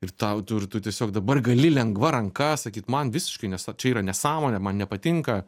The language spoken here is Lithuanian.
ir tau tu ir tu tiesiog dabar gali lengva ranka sakyt man visiškai nes čia yra nesąmonė man nepatinka